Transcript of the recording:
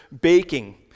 baking